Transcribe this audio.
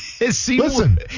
Listen